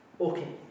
Okay